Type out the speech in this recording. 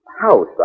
house